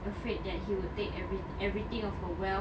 afraid that he would take every everything of her wealth